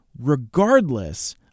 regardless